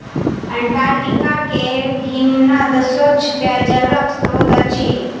Antarctica के हिमनद स्वच्छ पेयजलक स्त्रोत अछि